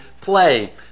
play